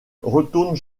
retourne